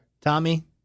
Tommy